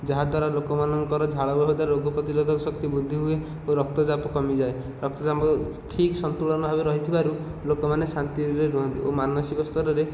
ଯାହାଦ୍ୱାରା ଲୋକମାନଙ୍କର ଝାଳ ବାହାରିବା ଦ୍ୱାରା ରୋଗ ପ୍ରତିନିଧିକ ଶକ୍ତି ବୃଦ୍ଧି ହୁଏ ଓ ରକ୍ତଚାପ କମିଯାଏ ରକ୍ତଚାପ ଠିକ୍ ସନ୍ତୁଳନ ଭାବେ ରହିଥିବାରୁ ଲୋକମାନେ ଶାନ୍ତିରେ ରୁହନ୍ତି ଓ ମାନସିକ ସ୍ଥରରେ